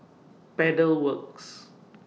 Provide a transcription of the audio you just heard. Pedal Works